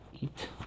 eat